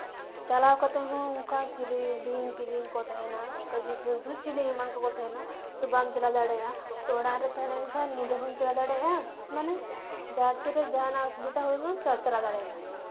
ᱪᱟᱞᱟᱣ ᱠᱟᱛᱮ ᱦᱚᱸ ᱚᱱᱠᱟ ᱪᱤᱞᱤ ᱵᱤᱧ ᱠᱤᱫᱤᱧ ᱠᱚ ᱛᱟᱦᱮᱱᱟ ᱚᱱᱠᱟ ᱡᱤᱵᱽᱼᱡᱚᱱᱛᱩ ᱪᱤᱞᱤ ᱮᱢᱟᱱ ᱠᱚᱠᱚ ᱛᱟᱦᱮᱱᱟ ᱛᱚ ᱵᱟᱢ ᱪᱟᱞᱟᱣ ᱫᱟᱲᱮᱭᱟᱜᱼᱟ ᱛᱚ ᱚᱲᱟᱜ ᱛᱟᱦᱮᱸ ᱞᱮᱱᱠᱷᱟᱱ ᱧᱤᱫᱟᱹ ᱦᱚᱸᱢ ᱪᱟᱞᱟᱣ ᱫᱟᱲᱮᱭᱟᱜᱼᱟ ᱢᱟᱱᱮ ᱡᱟᱦᱟᱸ ᱛᱤᱨᱮ ᱡᱟᱦᱟᱱᱟᱜ ᱚᱥᱩᱵᱤᱫᱷᱟ ᱦᱩᱭᱩᱜᱼᱟ ᱪᱟᱞᱟᱣ ᱫᱟᱲᱮᱭᱟᱜᱼᱟ